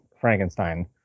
Frankenstein